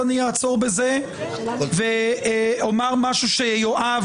אעצור בזה ואומר משהו שיואב